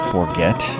Forget